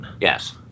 Yes